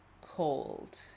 cold